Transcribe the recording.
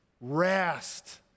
Rest